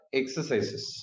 exercises